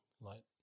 light